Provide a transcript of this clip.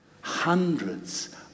Hundreds